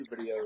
videos